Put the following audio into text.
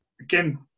again